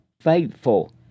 faithful